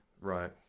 Right